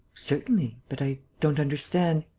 certainly, but i don't understand.